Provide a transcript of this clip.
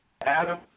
Adam